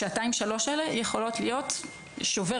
השעתיים-שלוש האלה יכולות להיות שובר